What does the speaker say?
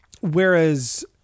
Whereas